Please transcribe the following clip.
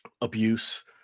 abuse